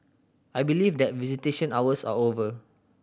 I believe that visitation hours are over